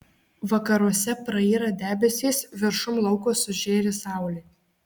vakaruose prayra debesys viršum lauko sužėri saulė